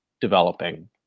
developing